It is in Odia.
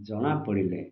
ଜଣା ପଡ଼ିଲେ